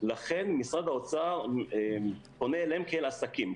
משרד האוצר פונה אליהם כאל עסקים,